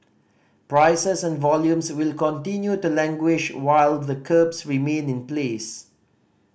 prices and volumes will continue to languish while the curbs remain in place